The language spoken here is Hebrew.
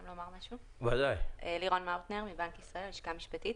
אני לירון מאוטנר מבנק ישראל, הלשכה המשפטית.